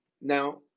now